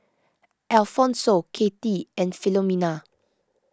Alfonso Kathie and Filomena